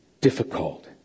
difficult